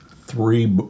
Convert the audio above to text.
three